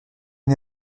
une